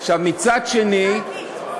עכשיו, מצד שני, ח"כית.